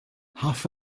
half